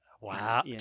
Wow